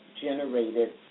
generated